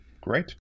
Great